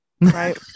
right